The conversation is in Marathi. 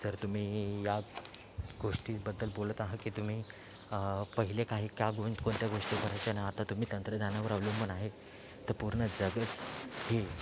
जर तुम्ही या गोष्टीबद्दल बोलत आहा की तुम्ही पहिले काही का कोणत्या गोष्टी करायच्या आता तुम्ही तंत्रज्ञानावर अवलंबून आहे तर पूर्ण जगच हे